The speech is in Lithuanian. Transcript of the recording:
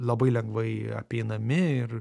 labai lengvai apeinami ir